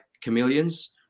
chameleons